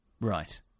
Right